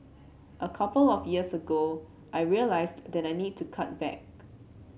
a couple of years ago I realised that I needed to cut back